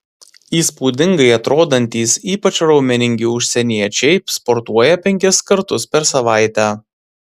įspūdingai atrodantys ypač raumeningi užsieniečiai sportuoja penkis kartus per savaitę